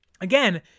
again